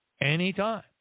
anytime